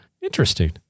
interesting